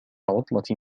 عطلة